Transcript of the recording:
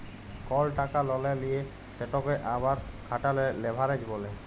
call টাকা ললে লিঁয়ে সেটকে আবার খাটালে লেভারেজ ব্যলে